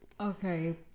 Okay